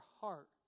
heart